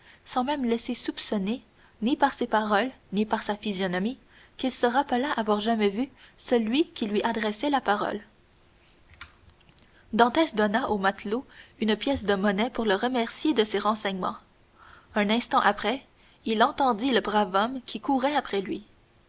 sans même laisser soupçonner ni par ses paroles ni par sa physionomie qu'il se rappelât avoir jamais vu celui qui lui adressait la parole dantès donna au matelot une pièce de monnaie pour le remercier de ses renseignements un instant après il entendit le brave homme qui courait après lui